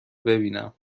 ببینم